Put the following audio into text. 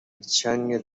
چنگ